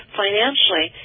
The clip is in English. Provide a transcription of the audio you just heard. financially